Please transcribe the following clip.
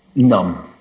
numb.